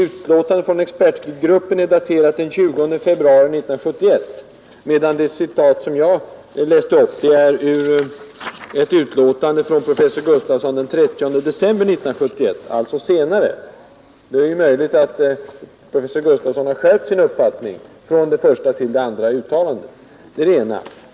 Utlåtandet från expertgruppen är daterat den 20 februari 1971, medan det stycke som jag läste upp är hämtat ur ett utlåtande från professor Gustafsson den 30 december 1971. Det är möjligt att professor Gustafsson har skärpt sin uppfattning från det första till det andra uttalandet. Det är det ena missförståndet.